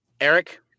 Eric